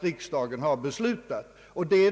riksdagen fattat sitt beslut.